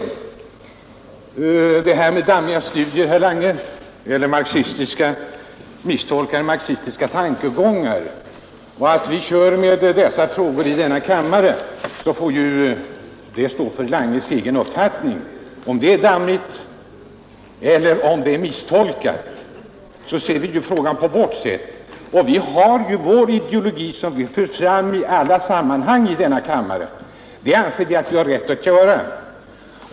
Vad herr Lange sade om dammiga studier eller misstolkade marxistiska tankegångar får stå för herr Langes egen räkning. Om det är dammigt eller om det är misstolkat, ser vi ändå frågan på vårt sätt. Vi har vår ideologi, som vi för fram i alla sammanhang i denna kammare — och det anser vi oss ha rätt att göra.